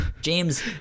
James